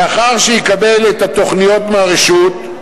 לאחר שיקבל את התוכניות מהרשות,